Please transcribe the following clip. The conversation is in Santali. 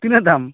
ᱛᱤᱱᱟᱹᱜ ᱫᱟᱢ